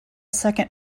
second